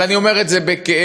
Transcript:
אבל אני אומר את זה בכאב.